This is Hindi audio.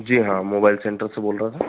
जी हाँ मोबाइल सेंटर से बोल रहा था